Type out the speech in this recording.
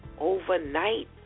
overnight